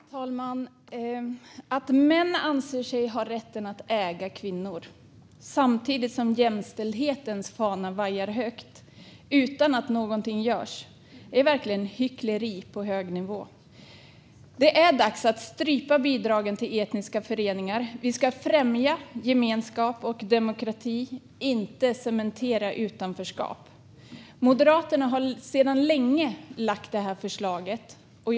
Fru talman! Att män anser sig ha rätten att äga kvinnor samtidigt som jämställdhetens fana vajar högt utan att någonting görs är verkligen hyckleri på hög nivå. Det är dags att strypa bidragen till etniska föreningar. Vi ska främja gemenskap och demokrati - inte cementera utanförskap. Moderaterna har länge föreslagit detta.